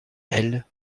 elle